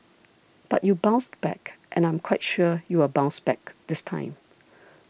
but you bounced back and I'm quite sure you will bounce back this time